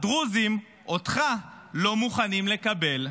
הדרוזים אותך לא מוכנים לקבל.